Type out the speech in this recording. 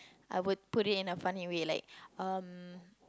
I would put it in a funny way like um